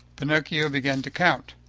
pinocchio began to count,